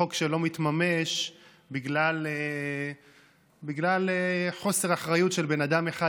חוק שלא מתממש בגלל חוסר אחריות של בן אדם אחד,